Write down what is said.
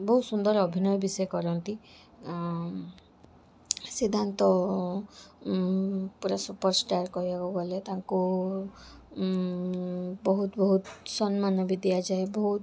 ବହୁତ ସୁନ୍ଦର ଅଭିନୟ ବି ସେ କରନ୍ତି ଆ ସିଦ୍ଧାନ୍ତ ପୁରା ସୁପରଷ୍ଟାର କହିବାକୁ ଗଲେ ତାଙ୍କୁ ବହୁତ ବହୁତ ସମ୍ମାନ ବି ଦିଆଯାଏ ବହୁତ